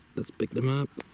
let's pick them up,